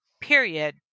period